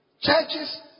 Churches